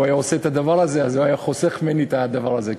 אם הוא היה עושה את הדבר הזה אז הוא היה חוסך ממני את הדבר הזה.